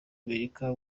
amerika